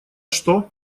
что